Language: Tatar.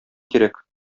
кирәк